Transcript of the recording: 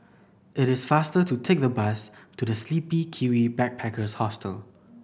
it is faster to take the bus to The Sleepy Kiwi Backpackers Hostel